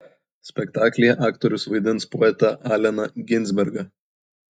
spektaklyje aktorius vaidins poetą alleną ginsbergą